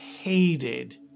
hated